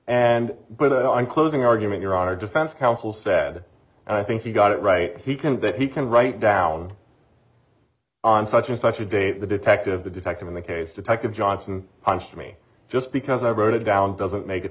and but i'm closing argument you're our defense counsel sad and i think you got it right he can that he can write down on such and such a day the detective the detective in the case detective johnson punched me just because i wrote it down doesn't make it